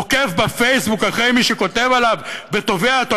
עוקב בפייסבוק אחרי מי שכותב עליו ותובע אותו,